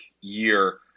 year